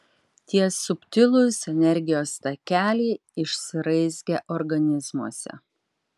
tie subtilūs energijos takeliai išsiraizgę organizmuose